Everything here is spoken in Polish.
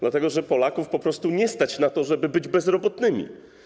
Dlatego że Polaków po prostu nie stać na to, żeby być bezrobotnymi.